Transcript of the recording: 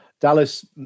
Dallas